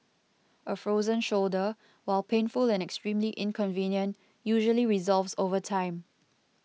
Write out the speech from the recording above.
a frozen shoulder while painful and extremely inconvenient usually resolves over time